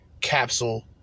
Capsule